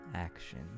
Action